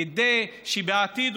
כדי שבעתיד,